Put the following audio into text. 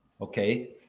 okay